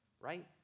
right